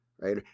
right